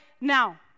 now